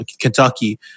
Kentucky